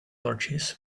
torches